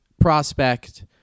prospect